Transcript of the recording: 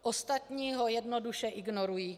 Ostatní ho jednoduše ignorují.